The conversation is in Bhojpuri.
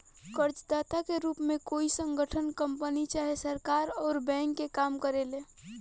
कर्जदाता के रूप में कोई संगठन, कंपनी चाहे सरकार अउर बैंक के काम करेले